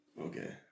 Okay